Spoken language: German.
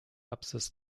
apsis